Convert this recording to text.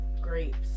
grapes